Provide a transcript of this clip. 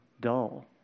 dull